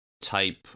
type